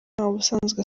ubusanzwe